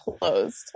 closed